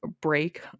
break